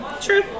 True